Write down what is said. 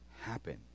happen